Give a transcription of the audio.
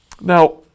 now